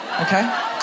Okay